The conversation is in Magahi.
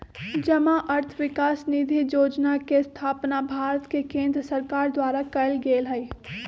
जमा अर्थ विकास निधि जोजना के स्थापना भारत के केंद्र सरकार द्वारा कएल गेल हइ